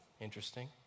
Interesting